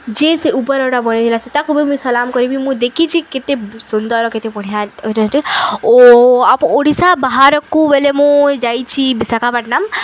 ଯେ ସେ ଉପରଟା ବନେଇଥିଲା ସେତାକୁ ବି ମୁଇଁ ସଲାମ୍ କରିବି ମୁଁ ଦେଖିଚି କେତେ ସୁନ୍ଦର୍ କେତେ ବଢ଼ିଆ ଓ ଆପ ଓଡ଼ିଶା ବାହାରକୁ ବେଲେ ମୁଁ ଯାଇଛି ବିଶାଖାପାଟନାମ୍